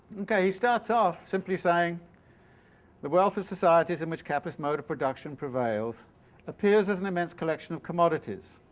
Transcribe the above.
okay, he starts off simply saying the wealth of societies in which the capitalist mode of production prevails appears as an immense collection of commodities,